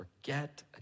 forget